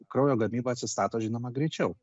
kraujo gamyba atsistato žinoma greičiau